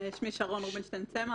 שמי שרון רובינשטיין-צמח,